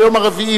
ביום הרביעי,